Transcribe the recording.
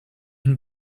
can